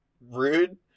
rude